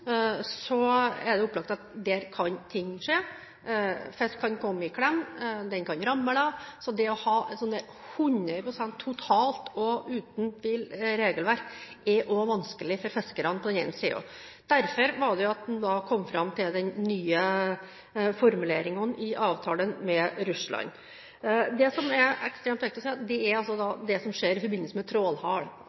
den kan ramle av – så det å ha et regelverk som er 100 pst., og hvor det ikke er tvil, er også vanskelig for fiskerne. Derfor kom en fram til den nye formuleringen i avtalen med Russland. Det som er ekstremt viktig å si, er at i forbindelse med trålhal kan det skje ting som